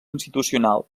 institucional